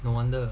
no wonder